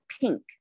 pink